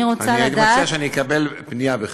אני מציע שאני אקבל פנייה בכתב.